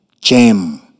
jam